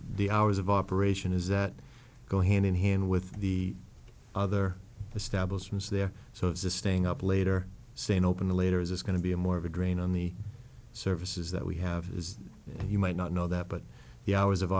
the hours of operation is that go hand in hand with the other establishment is there so it's just staying up later saying open the later is this going to be a more of a drain on the services that we have as you might not know that but the hours of